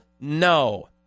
no